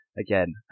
again